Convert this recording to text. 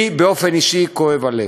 לי באופן אישי כואב הלב.